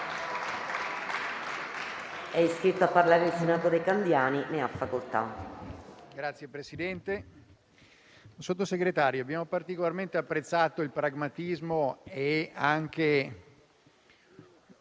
Sottosegretario, abbiamo particolarmente apprezzato il pragmatismo e anche